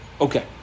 Okay